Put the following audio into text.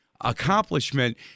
accomplishment